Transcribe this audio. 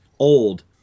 old